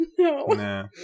No